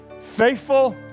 Faithful